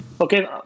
Okay